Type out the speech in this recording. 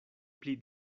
pli